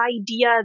idea